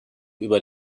über